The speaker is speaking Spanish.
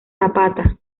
zapata